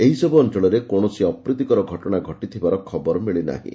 ଏହିସବୁ ଅଞ୍ଚଳରେ କୌଣସି ଅପ୍ରୀତିକର ଘଟଣା ଘଟିଥିବାର ଖବର ମିଳିନାହିଁ